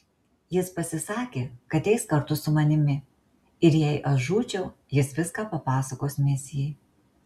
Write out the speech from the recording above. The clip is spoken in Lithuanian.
jis pasisakė kad eis kartu su manimi ir jei aš žūčiau jis viską papasakos misijai